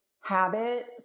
habit